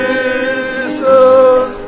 Jesus